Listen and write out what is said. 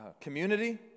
community